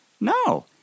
No